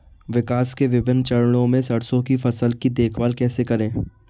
विकास के विभिन्न चरणों में सरसों की फसल की देखभाल कैसे करें?